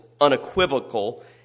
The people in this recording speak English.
unequivocal